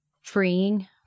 freeing